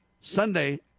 Sunday